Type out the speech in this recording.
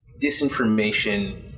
disinformation